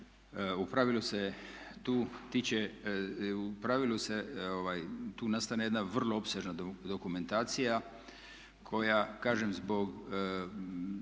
U pravilu se tu nastane jedna vrlo opsežna dokumentacija koja kažem zbog